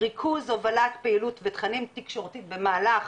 ריכוז הובלת פעילות ותכנים תקשורתיים במהלך